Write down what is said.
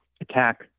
attack